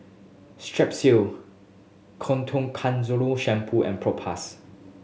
Strepsil Shampoo and Propass